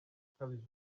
ukabije